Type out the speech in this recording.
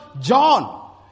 John